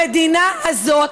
המדינה הזאת,